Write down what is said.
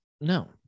No